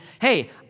hey